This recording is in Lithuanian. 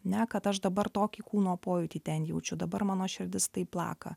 ne kad aš dabar tokį kūno pojūtį ten jaučiu dabar mano širdis tai plaka